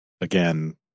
Again